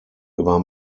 über